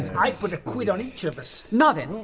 i've put a quid on each of us. now then,